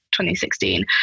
2016